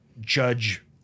judge